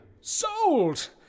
Sold